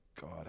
God